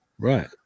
Right